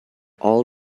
all